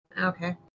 Okay